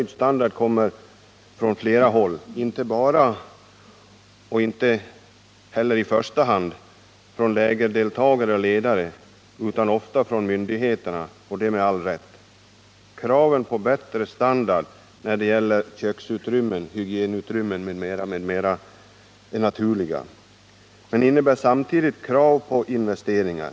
Dessa krav kommer från flera håll, inte bara och inte heller i första hand från lägerdeltagare och lägerledare utan från myndigheternas sida — och det med all rätt. Kraven på bättre standard när det gäller köksutrymmen, hygienutrymmen m.m. är naturliga, men de medför samtidigt krav på investeringar.